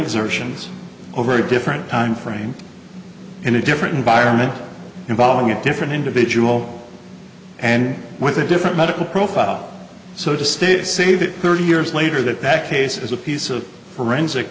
exertions over a different time frame in a different environment involving a different individual and with a different medical profile so to state save it thirty years later that that case is a piece of forensic